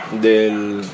del